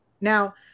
Now